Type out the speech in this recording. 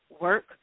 work